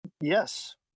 yes